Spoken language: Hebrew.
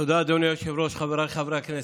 תודה, אדוני היושב-ראש, חבריי חברי הכנסת.